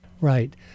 Right